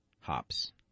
hops